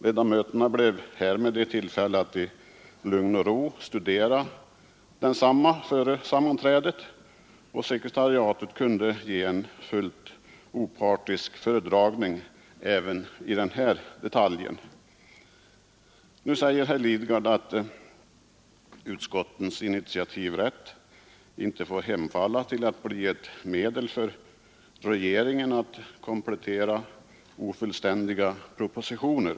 Ledamöterna blev härmed i tillfälle att i lugn och ro studera densamma före sammanträdet, och sekretariatet kunde ge en fullt opartisk föredragning även i fråga om denna detalj. Nu säger herr Lidgard att utskottens initiativrätt inte får hem falla till att bli ett medel för regeringen att komplettera ofullständiga propositioner.